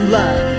love